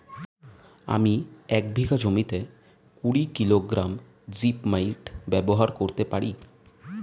আমি এক বিঘা জমিতে কুড়ি কিলোগ্রাম জিপমাইট ব্যবহার করতে পারি?